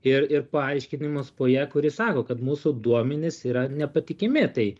ir ir paaiškinimas po ja kuri sako kad mūsų duomenys yra nepatikimi tai